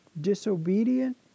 disobedient